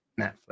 Netflix